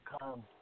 come